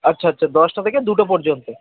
আচ্ছা আচ্ছা দশটা থেকে দুটো পর্যন্ত